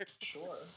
Sure